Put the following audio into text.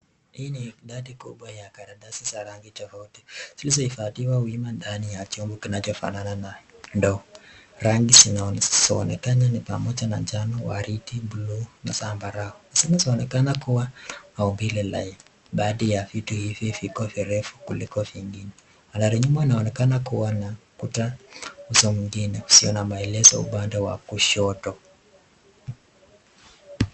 Hii ni idadi kubwa ya karatasi za rangi tofauti. Zilizohifadhiwa wima ndani ya chombo kinachofanana na ndoo. Rangi zinaonekana ni pamoja na njano, waridi, bulue na Zambarau. Zinaonekana kuwa haubiri laini bali ya vitu hivi viko virefu kuliko vingine. Ala nyuma inaonekana kuwa na kuta usoni mwengine usiona maelezo upande wa kushoto.